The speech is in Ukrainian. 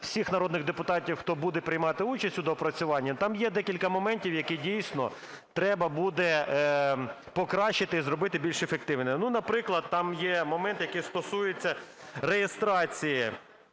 всіх народних депутатів, хто буде приймати участь у доопрацюванні, там є декілька моментів, які дійсно треба буде покращити і зробити більш ефективними. Ну, наприклад, там є момент, який стосується реєстрації